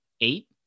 eight